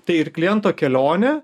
tai ir kliento kelionė